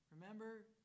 Remember